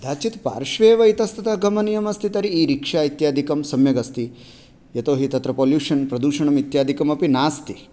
कदाचित् पार्श्वे एव इतस्ततः गमनीयम् अस्ति तर्हि ई रिक्षा इत्यादिकं सम्यक् अस्ति यतोहि तत्र पोल्यूशन् प्रदूषणम् इत्यादिकमपि नास्ति